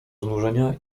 znużenia